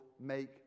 make